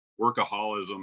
workaholism